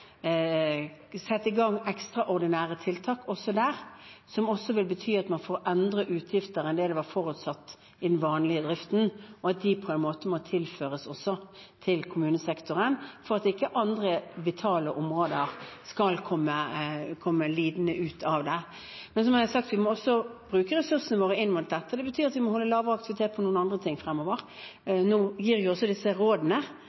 sette i gang ekstraordinære tiltak, noe som vil bety at man får andre utgifter enn det som var forutsatt i den vanlige driften, og at det må tilføres også kommunesektoren for at ikke andre vitale områder skal komme lidende ut av det. Men som jeg har sagt, må vi også bruke ressursene våre til dette. Det betyr at vi må holde lavere aktivitet på andre områder fremover. Nå gir vi også disse rådene